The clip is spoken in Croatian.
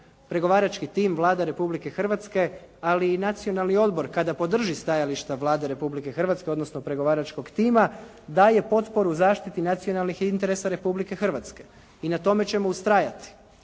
Pregovarački tim, Vlada Republike Hrvatske, ali i Nacionalni odbor kada podrži stajališta Vlade Republike Hrvatske odnosno pregovaračkom tima daje potporu zaštiti nacionalnih interesa Republike Hrvatske. I na tome ćemo ustrajati.